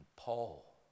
Paul